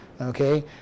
Okay